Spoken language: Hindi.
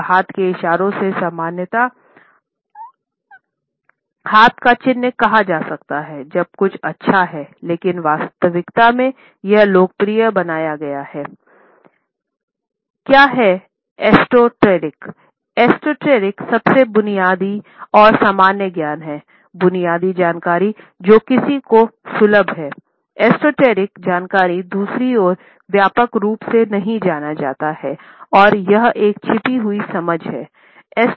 यह हाथों के इशारे से सामान्यत हाथ का चिन्ह कहा जाता हैं जब कुछ अच्छा है लेकिन वास्तविकता में यह लोकप्रिय बनाया गया है